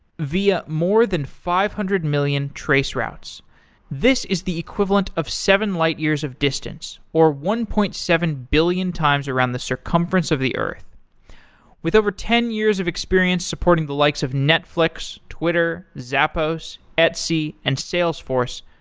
via more than five hundred million traceroutes. this is the equivalent of seven light years of distance, or one point seven billion times around the circumference of the earth with over ten years of experience supporting the likes of netflix, twitter, zappos, etsy and salesforce,